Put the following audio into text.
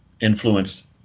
influenced